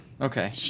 Okay